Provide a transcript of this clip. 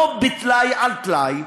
לא טלאי על טלאי,